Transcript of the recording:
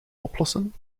oplossen